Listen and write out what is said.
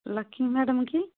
Lakshmi madam କି